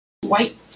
White